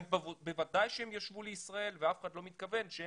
הם בוודאי ישובו לישראל ואף אחד לא מתכוון שהם